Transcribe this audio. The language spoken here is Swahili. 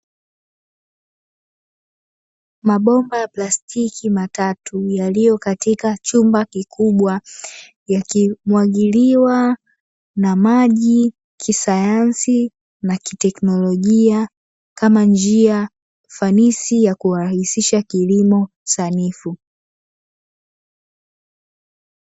Mabomba ya plastiki matatu yaliyo katika chumba, kikubwa yakimwagiliwa na maji kisayansi na kitekinolojia kama njia fanisi ya kurahisisha kilimo sanifu.